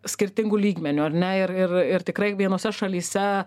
skirtingu lygmeniu ar ne ir ir tikrai vienose šalyse